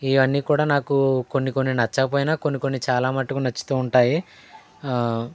ఇవన్నీ కూడా నాకు కొన్ని కొన్ని నచ్చకపోయినా కొన్ని కొన్ని చాలా మట్టుకు నచ్చుతూ ఉంటాయి